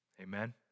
Amen